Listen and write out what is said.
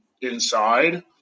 inside